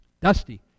Dusty